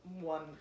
one